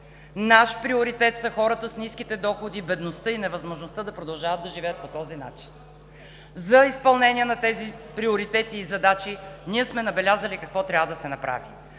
наш приоритет са хората с ниските доходи, бедността и невъзможността да продължават да живеят по този начин. За изпълнение на тези приоритети и задачи сме набелязали какво трябва да се направи.